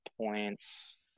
points